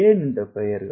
ஏன் இந்த பெயர்கள்